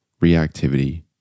reactivity